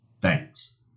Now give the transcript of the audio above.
Thanks